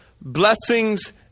blessings